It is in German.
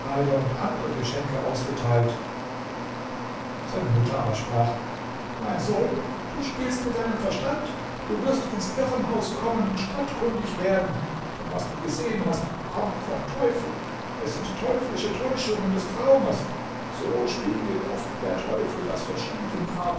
und andere geschenke ausgeteilt seine mutter aber sprach mein sohn du spielst mit deinem verstand du wirst ins irrenhaus kommen und stadtkundig werden denn was du gesehen hast kommt vom teufel es sind teuflische täuschungen des traumes so spiegelt oft der teufel das